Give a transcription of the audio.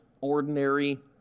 ordinary